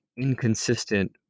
inconsistent